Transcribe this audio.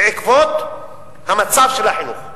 בעקבות המצב של החינוך,